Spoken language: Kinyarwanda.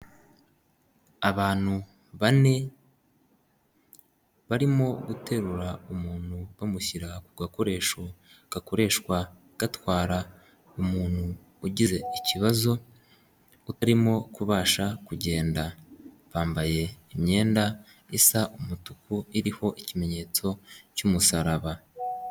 Abantu bane barimo guterura umuntu bamushyira ku gakoresho gakoreshwa gatwara umuntu ugize ikibazo utarimo kubasha kugenda, bambaye imyenda isa umutuku iriho ikimenyetso cy'umusaraba.